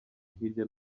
hirya